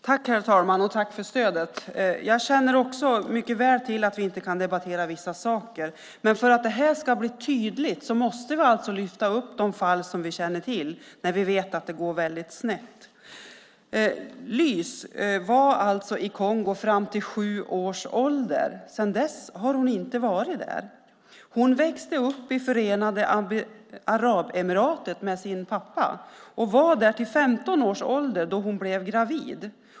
Herr talman! Tack för stödet! Jag känner mycket väl till att vi inte kan debattera vissa saker. Men för att det ska bli tydligt måste vi lyfta upp de fall som vi känner till när vi vet att det går väldigt snett. Lys var i Kongo fram till sju års ålder. Sedan dess har hon inte varit där. Hon växte upp i Förenade Arabemiraten med sin pappa och var där till 15 års ålder då hon blev gravid.